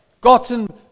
gotten